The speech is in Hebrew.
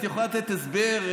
את יכולה לתת הסבר,